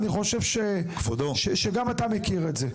אני חושב שגם אתה מכיר את זה.